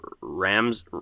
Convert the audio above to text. Rams